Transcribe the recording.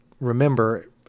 remember